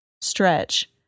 stretch